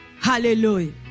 hallelujah